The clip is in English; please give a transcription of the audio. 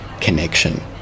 connection